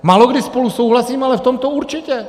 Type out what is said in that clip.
Málokdy spolu souhlasíme, ale v tomto určitě.